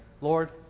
Lord